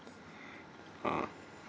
uh